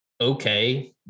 okay